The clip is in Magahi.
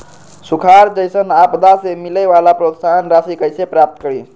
सुखार जैसन आपदा से मिले वाला प्रोत्साहन राशि कईसे प्राप्त करी?